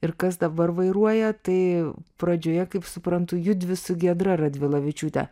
ir kas dabar vairuoja tai pradžioje kaip suprantu judvi su giedra radvilavičiūte